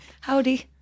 howdy